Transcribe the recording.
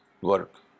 work